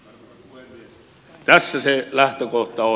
tässä se lähtökohta on